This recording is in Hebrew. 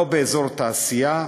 לא באזור תעשייה,